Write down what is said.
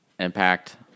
impact